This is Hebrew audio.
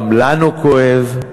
גם לנו כואב.